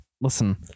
listen